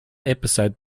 episode